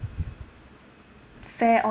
fair